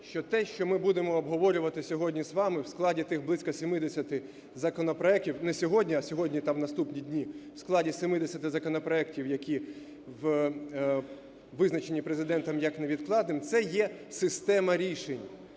що те, що ми будемо обговорювати сьогодні з вами у складі тих близько 70 законопроектів, не сьогодні, а сьогодні та в наступні дні в складі 70 законопроектів, які визначені Президентом як невідкладні, це є система рішень,